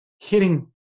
hitting